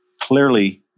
Clearly